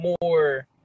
more